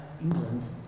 England